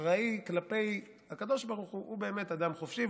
אחראי כלפי הקדוש ברוך הוא הוא באמת אדם חופשי,